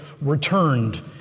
Returned